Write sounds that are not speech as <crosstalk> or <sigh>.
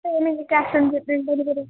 so എനിക്ക് cash on <unintelligible> delivery